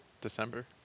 December